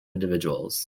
individuals